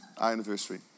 anniversary